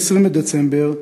20 בדצמבר,